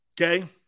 Okay